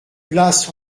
place